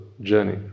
journey